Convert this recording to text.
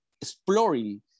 exploring